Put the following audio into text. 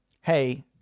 Hey